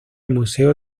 museo